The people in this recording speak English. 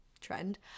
trend